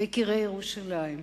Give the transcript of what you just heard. ויקירי ירושלים,